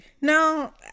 No